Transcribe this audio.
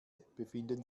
befinden